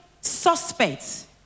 suspects